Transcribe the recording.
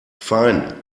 fein